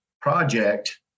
project